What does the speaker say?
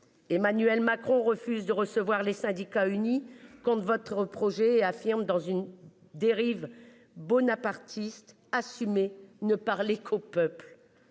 Emmanuel Macron refuse de recevoir les syndicats unis contre votre projet, affirme, dans une dérive bonapartiste assumer ne parler qu'au peuple.